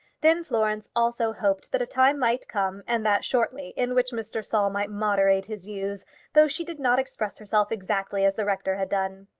then florence also hoped that a time might come, and that shortly, in which mr. saul might moderate his views though she did not express herself exactly as the rector had done.